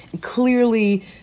clearly